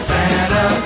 Santa